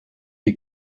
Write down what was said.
die